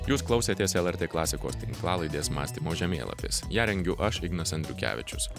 jūs klausėtės lrt klasikos tinklalaidės mąstymo žemėlapis ją rengiu aš ignas andriukevičius